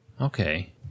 Okay